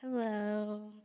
Hello